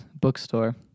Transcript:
bookstore